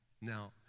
Now